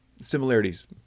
similarities